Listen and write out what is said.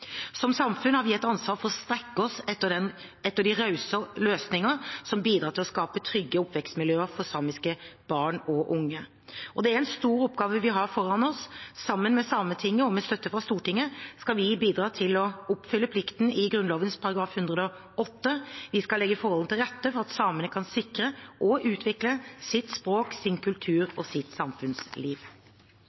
Som samfunn har vi et ansvar for å strekke oss etter rause løsninger som bidrar til å skape trygge oppvekstmiljøer for samiske barn og unge. Og det er en stor oppgave vi har foran oss. Sammen med Sametinget og med støtte fra Stortinget skal vi bidra til å oppfylle plikten i Grunnloven § 108. Vi skal legge forholdene til rette for at samene kan sikre og utvikle sitt språk, sin kultur og sitt samfunnsliv.